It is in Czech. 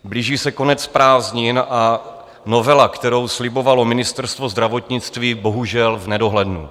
Blíží se konec prázdnin a novela, kterou slibovalo Ministerstvo zdravotnictví, je bohužel v nedohlednu.